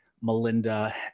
Melinda